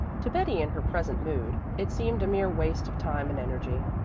to betty in her present mood it seemed a mere waste of time and energy.